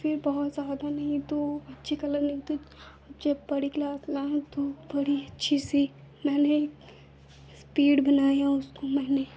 फिर बहुत ज़्यादा नहीं तो अच्छे कलर मिलते जब बड़ी क्लास में आई तो बड़े अच्छे से मैंने स्पीड बनाई और उसको मैंने